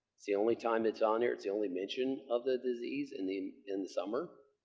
it's the only time it's on here, it's the only mention of the disease in the in the summer.